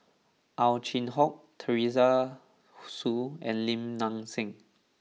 Ow Chin Hock Teresa Hsu and Lim Nang Seng